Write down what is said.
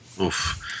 oof